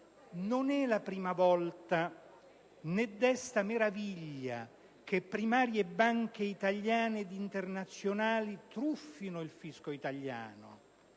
riunite - né desta meraviglia che primarie banche italiane ed internazionali truffino il fisco italiano.